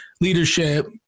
leadership